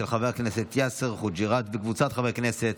של חבר הכנסת יאסר חוג'יראת וקבוצת חברי הכנסת.